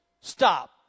stop